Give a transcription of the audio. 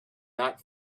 not